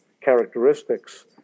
characteristics